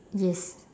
yes